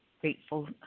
Grateful